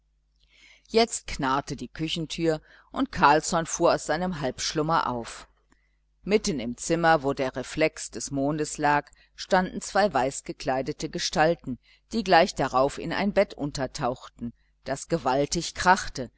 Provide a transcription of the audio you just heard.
jetzt knarrte die küchentür und carlsson fuhr aus seinem halbschlummer auf mitten im zimmer wo der reflex des mondes lag standen zwei weißgekleidete gestalten die gleich darauf in ein bett untertauchten das gewaltig krachte